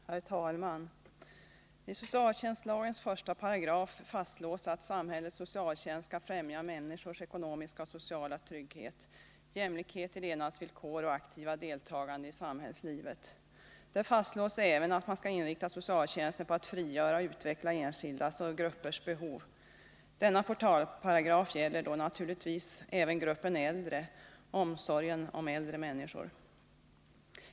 Herr talman! I socialtjänstlagens första paragraf fastslås att samhällets socialtjänst skall främja människors ekonomiska och sociala trygghet, jämlikhet i levnadsvillkor och aktiva deltagande i samhällslivet. Där fastslås även att man skall inrikta socialtjänsten på att frigöra och utveckla enskildas och gruppers behov. Denna portalparagraf gäller då naturligtvis även gruppen äldre, omsorgen om äldre människor.